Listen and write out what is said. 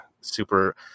super